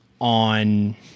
on